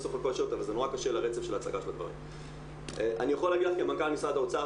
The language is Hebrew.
יכול להגיד לך כמנכ"ל משרד האוצר,